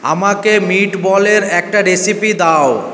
আমাকে মিটবলের একটা রেসিপি দাও